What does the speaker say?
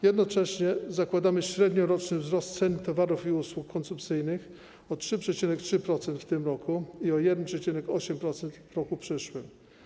Jednocześnie zakładamy średnioroczny wzrost cen towarów i usług konsumpcyjnych o 3,3% w tym roku, i o 1,8% w roku przyszłym.